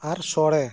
ᱟᱨ ᱥᱚᱲᱮ